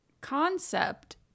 concept